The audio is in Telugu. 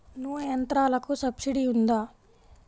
నూనె యంత్రాలకు సబ్సిడీ ఉందా?